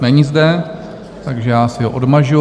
Není zde, takže já si ho odmažu.